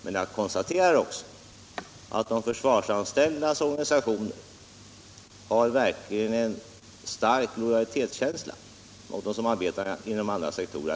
Men jag konstaterar också att de försvarsanställdas organisationer har en stark lojalitetskänsla mot dem som arbetar inom andra sektorer.